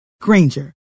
granger